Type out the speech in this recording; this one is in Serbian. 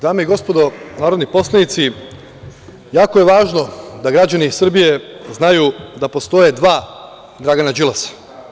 Dame i gospodo narodni poslanici, jako je važno da građani Srbije znaju da postoje dva Dragana Đilasa.